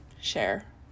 share